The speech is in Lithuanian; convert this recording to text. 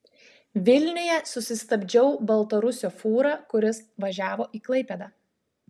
vilniuje susistabdžiau baltarusio fūrą kuris važiavo į klaipėdą